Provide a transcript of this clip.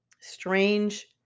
strange